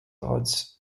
odds